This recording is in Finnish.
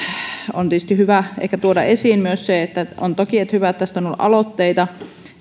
on tietysti hyvä ehkä tuoda esiin myös se on toki hyvä että tästä on ollut aloitteita